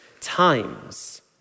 times